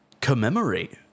commemorate